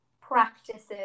practices